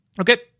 okay